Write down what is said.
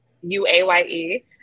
U-A-Y-E